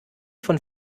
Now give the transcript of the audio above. von